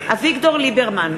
אביגדור ליברמן,